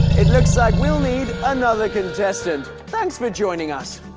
it looks like we'll need another contestant. thanks for joining us.